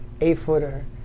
eight-footer